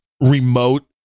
remote